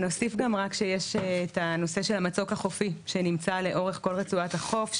נוסיף גם רק שיש את הנושא של המצוק החופי שנמצא לאורך כל רצועת החוף,